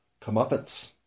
comeuppance